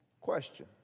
Question